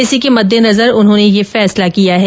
इसी के मद्देनजर उन्होंने यह फैसला किया है